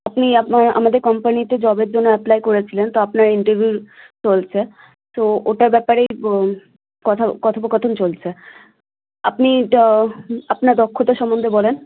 আপনি আপনার আমাদের কোম্পানিতে জবের জন্য অ্যাপ্লাই করেছিলেন তো আপনার ইন্টারভিউ চলছে তো ওটার ব্যাপারেই কথা কথোপকথন চলছে আপনি তা আপনার দক্ষতা সম্বন্ধে বলুন